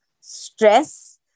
stress